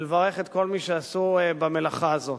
ולברך את כל מי שעשו במלאכה הזאת.